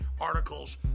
articles